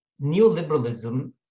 neoliberalism